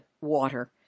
water